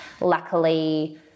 luckily